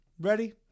Ready